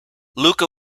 luca